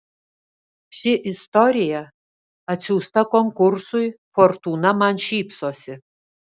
ši istorija atsiųsta konkursui fortūna man šypsosi